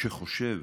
שחושב